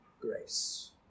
grace